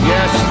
Yes